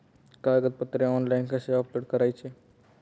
कागदपत्रे ऑनलाइन कसे अपलोड करायचे?